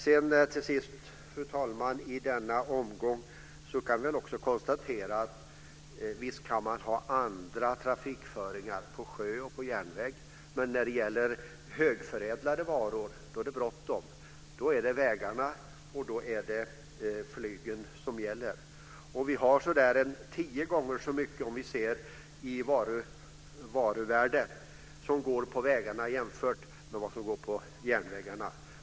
Fru talman! Sist i denna omgång kan jag konstatera att det visst går att ha annan trafikföring - på sjö och på järnväg. Men för högförädlade varor är det bråttom. Då är det vägarna och flyget som gäller. Tio gånger så mycket i varuvärde förs fram på vägarna jämfört med järnvägarna.